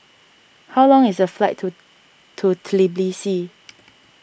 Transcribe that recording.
how long is the flight to to Tbilisi